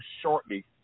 shortly